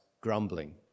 grumbling